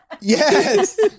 Yes